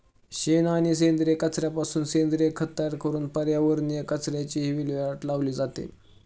शेण आणि सेंद्रिय कचऱ्यापासून सेंद्रिय खत तयार करून पर्यावरणीय कचऱ्याचीही विल्हेवाट लावली जाते